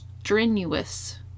strenuous